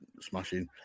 smashing